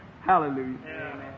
Hallelujah